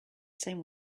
same